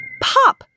Pop